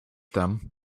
them